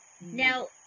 Now